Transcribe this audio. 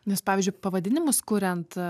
nes pavyzdžiui pavadinimus kuriant